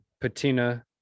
patina